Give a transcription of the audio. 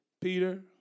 Peter